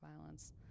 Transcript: violence